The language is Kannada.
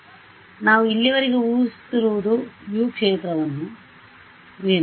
ಆದ್ದರಿಂದ ನಾವು ಇಲ್ಲಿಯವರೆಗೆ ಊಹಿಸುತ್ತಿರುವುದು U ಕ್ಷೇತ್ರವೇನು